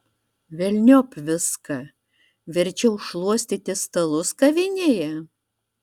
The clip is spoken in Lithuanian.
velniop viską verčiau šluostyti stalus kavinėje